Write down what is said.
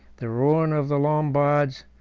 the ruin of the lombards,